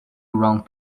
around